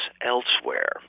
elsewhere